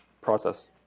process